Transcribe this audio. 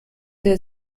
der